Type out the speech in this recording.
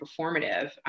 performative